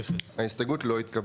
0 ההסתייגות לא התקבלה.